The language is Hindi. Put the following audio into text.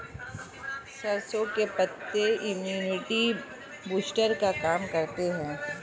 सरसों के पत्ते इम्युनिटी बूस्टर का काम करते है